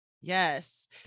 Yes